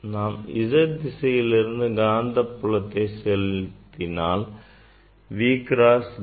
நாம் z திசையிலிருந்து காந்தப்புலத்தை செலுத்தினால் V cross B